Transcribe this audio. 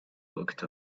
looked